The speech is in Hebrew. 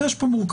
יש פה מורכבות.